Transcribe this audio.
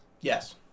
Yes